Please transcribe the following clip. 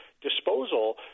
disposal